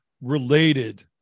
related